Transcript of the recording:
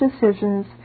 decisions